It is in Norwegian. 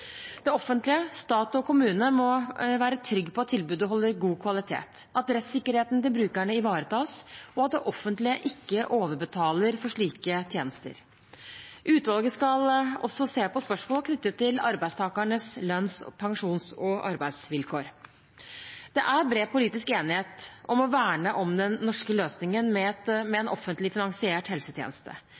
Det offentlige – stat og kommune – må være trygg på at tilbudet holder god kvalitet, at rettssikkerheten til brukerne ivaretas, og at det offentlige ikke overbetaler for slike tjenester. Utvalget skal også se på spørsmål knyttet til arbeidstakernes lønns-, pensjons- og arbeidsvilkår. Det er bred politisk enighet om å verne om den norske løsningen med en offentlig finansiert helsetjeneste.